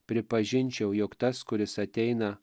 pripažinčiau jog tas kuris ateina